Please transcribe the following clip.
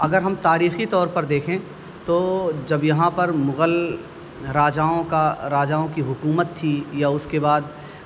اگر ہم تاریخی طور پر دیکھیں تو جب یہاں پر مغل راجاؤں کا راجاؤں کی حکومت تھی یا اس کے بعد